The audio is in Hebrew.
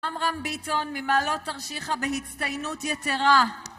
עמרם ביטון ממעלות תרשיחא בהצטיינות יתרה